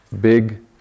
big